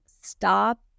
stop